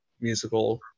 musical